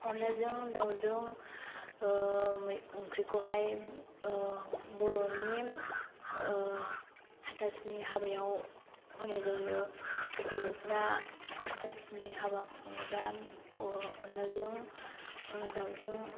अनलाजों दावजों ओंख्रिखौ हाय बर'नि हाथासुनि हाबायाव होनाय जायो बर'फ्रा हाथासुनि हाबा खुङोब्ला अनलाजों दावजों